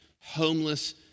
homeless